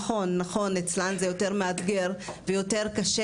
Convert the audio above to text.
נכון נכון אצלן זה יותר מאתגר ויותר קשה